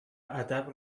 ادب